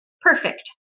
perfect